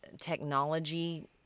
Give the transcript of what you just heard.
technology